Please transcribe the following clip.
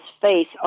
face